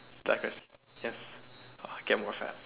duck rice yes get more fat